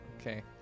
Okay